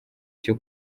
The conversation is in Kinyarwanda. cyo